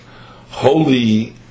holy